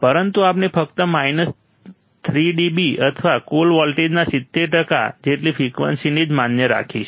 પરંતુ આપણે ફક્ત માઈનસ 3 dB અથવા કુલ વોલ્ટેજના 70 ટકા જેટલી ફ્રિકવન્સીને જ માન્ય રાખીશું